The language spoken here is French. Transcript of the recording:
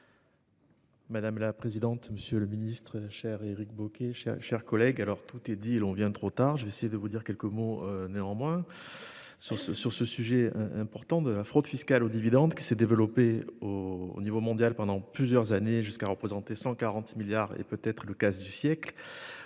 Madame la présidente, monsieur le ministre, cher Éric Bocquet, mes chers collègues, « tout est dit, et l'on vient trop tard »... Je vous dirai néanmoins quelques mots sur le sujet important de la fraude fiscale aux dividendes, qui s'est développée au niveau mondial pendant plusieurs années, jusqu'à représenter 140 milliards d'euros- peut-être le casse du siècle